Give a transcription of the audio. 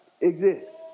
exist